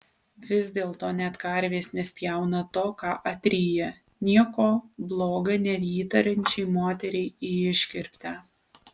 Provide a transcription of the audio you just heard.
vis dėlto net karvės nespjauna to ką atryja nieko bloga neįtariančiai moteriai į iškirptę